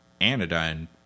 Anodyne